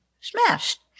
smashed